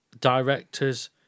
directors